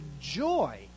joy